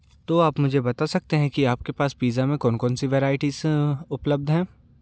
तो आप मुझे बता सकते हैं कि आपके पास पीज़्ज़ा में कौन कौन सी वैराइटीज़ उपलब्ध हैं